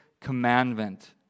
commandment